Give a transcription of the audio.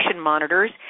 monitors